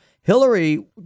Hillary